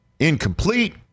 incomplete